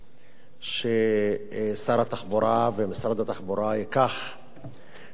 ששר התחבורה ומשרד התחבורה ייקחו ברצינות